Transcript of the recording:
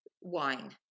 wine